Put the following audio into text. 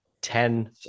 ten